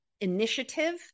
initiative